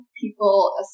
people